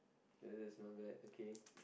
this is not bad okay